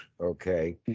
Okay